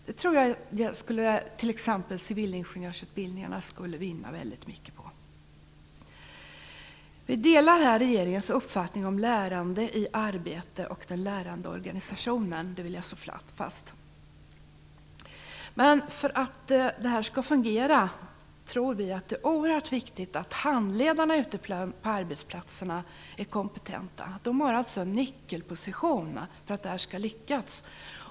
Det skulle t.ex. civilingenjörsutbildningen vinna väldigt mycket på. Vi delar regeringens uppfattning om lärande i arbete och den lärande organisationen, det vill jag slå fast. Men för att detta skall fungera tror vi att det är oerhört viktigt att handledarna ute på arbetsplatserna är kompetenta. De har alltså en nyckelposition för att detta skall lyckas.